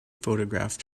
photographed